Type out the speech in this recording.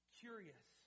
curious